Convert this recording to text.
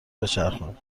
بچرخونید